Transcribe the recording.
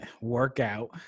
workout